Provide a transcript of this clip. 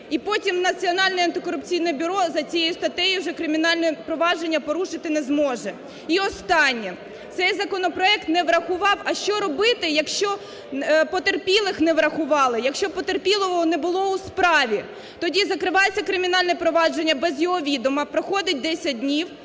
і потім Національне антикорупційне бюро за цією статтею вже кримінальні провадження порушити не зможе. І останнє. Цей законопроект не врахував, а що робити, якщо потерпілих не врахували, якщо потерпілого не було у справі, тоді закривається кримінальне провадження без його відома, проходить 10 днів